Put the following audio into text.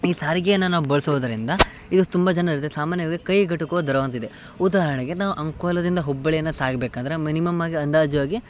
ಈ ಸಾರಿಗೆಯನ್ನು ನಾವು ಬಳಸೋದ್ರಿಂದ ಈಗ ತುಂಬ ಜನ ಸಾಮಾನ್ಯವಾಗಿ ಕೈಗೆಟುಕುವ ದರವಂತಿದೆ ಉದಾಹರಣೆಗೆ ನಾವು ಅಂಕೋಲದಿಂದ ಹುಬ್ಬಳಿಯನ ಸಾಗಬೇಕಂದ್ರೆ ಮಿನಿಮಮ್ ಆಗಿ ಅಂದಾಜು ಆಗಿ